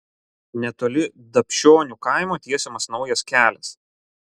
netoli dapšionių kaimo tiesiamas naujas kelias